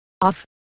off